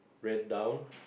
red down